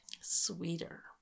sweeter